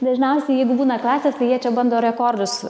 dažniausiai jeigu būna klasės tai jie čia bando rekordus